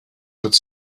could